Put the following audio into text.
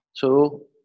Two